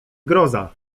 groza